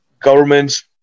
Governments